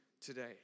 today